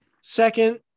Second